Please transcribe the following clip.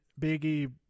biggie